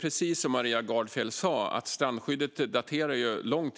Precis som Maria Gardfjell sa har strandskyddet en lång